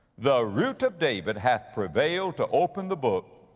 the root of david, hath prevailed to open the book,